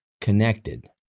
connected